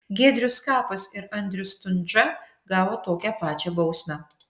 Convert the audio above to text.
giedrius skapas ir andrius stundža gavo tokią pačią bausmę